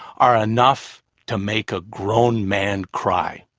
are enough to make a grown man cry.